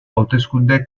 hauteskunde